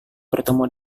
bertemu